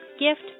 gift